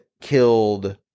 killed